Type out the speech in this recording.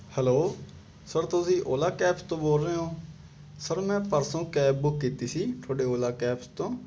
hello sir ਤੁਸੀਂ Ola cabs ਤੋਂ ਬੋਲ ਰਹੇ ਹੋ ਸਰ ਮੈਂ ਪਰਸੋਂ ਕੈਬ ਬੁੱਕ ਕੀਤੀ ਸੀ ਤੁਹਾਡੇ ਓਲਾ ਕੈਬਸ ਤੋਂ